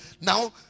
Now